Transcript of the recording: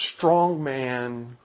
strongman